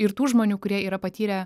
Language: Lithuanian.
ir tų žmonių kurie yra patyrę